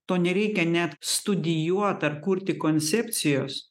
to nereikia net studijuot ar kurti koncepcijos